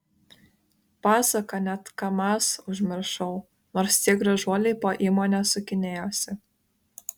pasaka net kamaz užmiršau nors tie gražuoliai po įmonę sukinėjosi